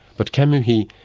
but camus, he,